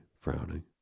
frowning